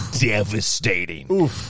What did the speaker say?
devastating